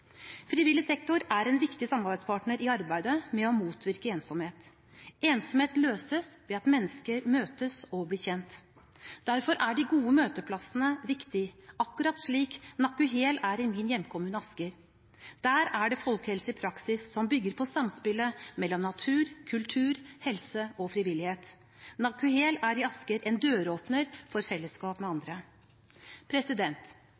Frivillig sektor er en viktig samarbeidspartner i arbeidet med å motvirke ensomhet. Ensomhet løses ved at mennesker møtes og blir kjent. Derfor er de gode møteplassene viktig, akkurat slik NaKuHel er i min hjemkommune Asker. Der er det folkehelse i praksis som bygger på samspillet mellom natur, kultur, helse og frivillighet. NaKuHel er i Asker en døråpner for fellesskap med andre.